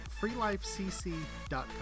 freelifecc.com